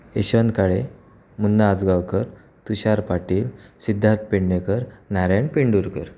Yashwant Kale Munna Ajgaonkar Tushar Patil Siddharth Pednekar Narayan Pendurkar